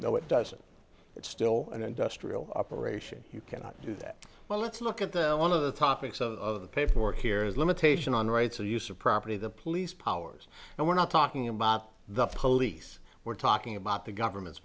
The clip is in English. no it doesn't it's still an industrial operation you cannot do that well let's look at the one of the topics of the paperwork here is limitation on rights of use of property the police powers and we're not talking about the police we're talking about the government's